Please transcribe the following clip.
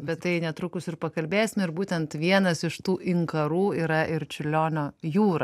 bet tai netrukus ir pakalbėsim ir būtent vienas iš tų inkarų yra ir čiurlionio jūra